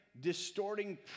distorting